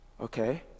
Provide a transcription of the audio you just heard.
Okay